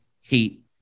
heat